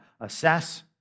assess